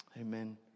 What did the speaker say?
Amen